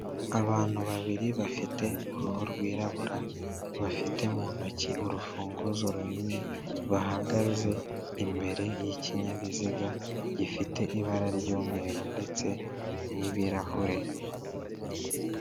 Abantu babiri bafite uruhu rwirabura bafite mu ntoki urufunguzo runini bahagaze imbere yi'ikinyabiziga gifite ibara ry'umweru ndetse n'ibirahure.